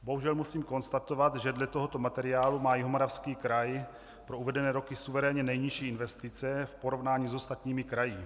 Bohužel musím konstatovat, že dle tohoto materiálu má Jihomoravský kraj pro uvedené roky suverénně nejnižší investice v porovnání s ostatními kraji.